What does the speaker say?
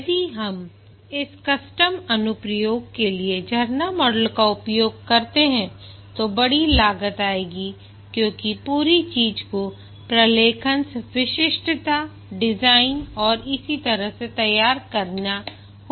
यदि हम इस कस्टम अनुप्रयोग के लिए झरना मॉडल का उपयोग करते हैं तो बड़ी लागत आएगी क्योंकि पूरी चीज को प्रलेखनस्विशिष्टता डिजाइन और इसी तरह से तैयार करना होगा